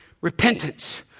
repentance